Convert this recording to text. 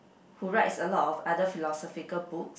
who writes a lot of other philosophical books